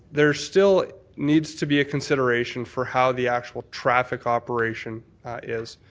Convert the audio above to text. there still needs to be a consideration for how the actual traffic operation is.